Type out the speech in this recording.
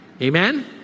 Amen